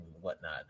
whatnot